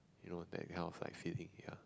you know that kind of like feeling ya